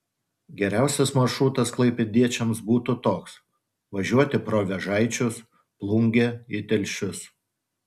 geriausias maršrutas klaipėdiečiams būtų toks važiuoti pro vėžaičius plungę į telšius